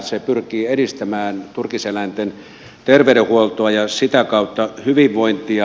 se pyrkii edistämään turkiseläinten terveydenhuoltoa ja sitä kautta hyvinvointia